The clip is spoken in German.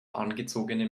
angezogene